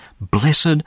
Blessed